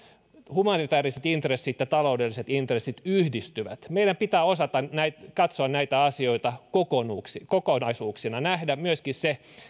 humanitääriset intressit ja taloudelliset intressit yhdistyvät meidän pitää osata katsoa näitä asioita kokonaisuuksina kokonaisuuksina nähdä myöskin se